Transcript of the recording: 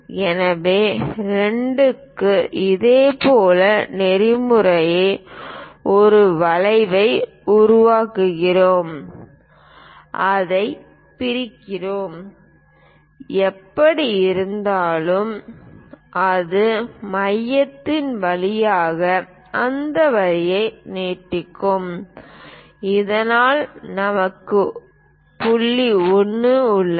எனவே 2 க்கும் இதேபோன்ற நெறிமுறையை ஒரு வளைவை உருவாக்குகிறோம் அதைப் பிரிக்கிறோம் எப்படியிருந்தாலும் அது மையத்தின் வழியாக அந்த வரிகளை நீட்டிக்கும் இதனால் நமக்கு புள்ளி 1 உள்ளது